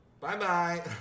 Bye-bye